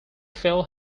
fell